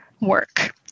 work